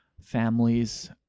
families